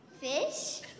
Fish